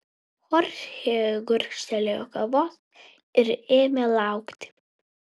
chorchė gurkštelėjo kavos ir ėmė laukti